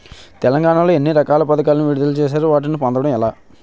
తెలంగాణ లో ఎన్ని రకాల పథకాలను విడుదల చేశారు? వాటిని పొందడం ఎలా?